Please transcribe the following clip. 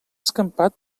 escampat